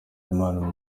imana